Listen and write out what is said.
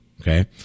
okay